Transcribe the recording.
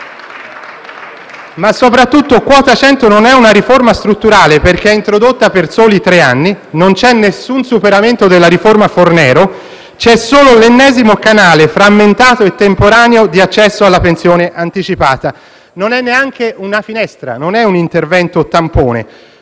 Ma soprattutto quota 100 non è una riforma strutturale, perché è introdotta per soli tre anni. Non c'è alcun superamento della riforma Fornero: c'è solo l'ennesimo canale frammentato e temporaneo di accesso alla pensione anticipata. Non è neanche una finestra, non è un intervento tampone: